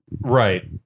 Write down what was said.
Right